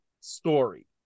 story